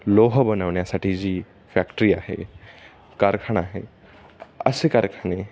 लोह बनवण्यासाठी जी फॅक्टरी आहे कारखाना आहे असे कारखाने